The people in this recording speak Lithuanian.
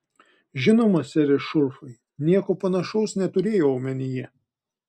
žinoma sere šurfai nieko panašaus neturėjau omenyje